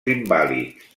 invàlids